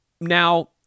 Now